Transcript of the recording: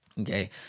okay